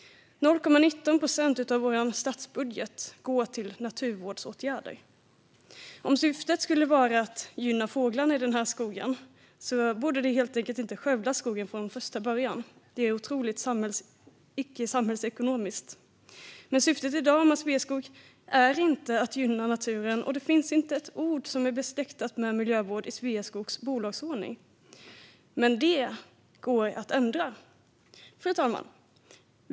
0,19 procent av vår statsbudget går till naturvårdsåtgärder. Om syftet skulle vara att gynna fåglarna i skogen borde vi helt enkelt inte skövla skogen från första början. Det är otroligt icke samhällsekonomiskt. Men syftet i dag med Sveaskog är inte att gynna naturen, och det finns inte ett ord som är besläktat med miljövård i Sveaskogs bolagsordning. Men det går att ändra. Fru talman!